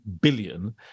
billion